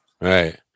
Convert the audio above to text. right